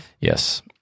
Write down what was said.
Yes